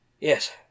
Yes